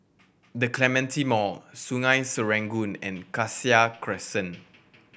The Clementi Mall Sungei Serangoon and Cassia Crescent